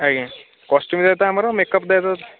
ଆଜ୍ଞା କଷ୍ଟ୍ୟୁମ୍ଟା ତ ଆମର ମେକଅପ୍ଟା